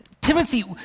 Timothy